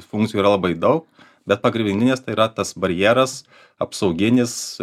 funkcijų yra labai daug bet pagrindinės tai yra tas barjeras apsauginis